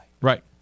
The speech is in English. Right